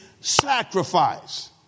sacrifice